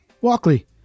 Walkley